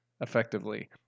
effectively